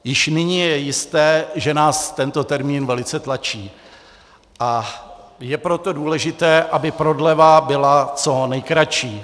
Již nyní je jisté, že nás tento termín velice tlačí, a je proto důležité, aby prodleva byla co nejkratší.